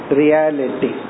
reality